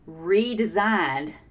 redesigned